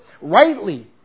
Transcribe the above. rightly